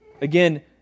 Again